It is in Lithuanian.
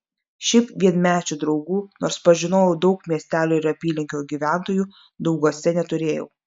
šiaip vienmečių draugų nors pažinojau daug miestelio ir apylinkių gyventojų dauguose neturėjau